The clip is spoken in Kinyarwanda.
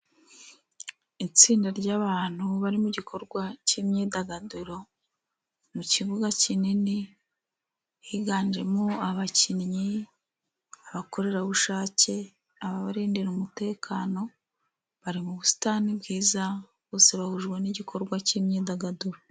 Itsinda ry'abantu bari mu gikorwa cy'imyidagaduro, mu kibuga kinini. Higanjemo abakinnyi, abakorerabushake, abarindira umutekano, bari mu busitani bwiza bose bahujwe n'igikorwa cy'imyidagaduro.